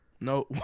No